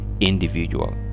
individual